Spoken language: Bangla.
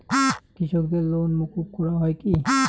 কৃষকদের লোন মুকুব করা হয় কি?